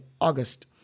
August